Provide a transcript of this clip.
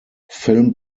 film